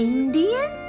Indian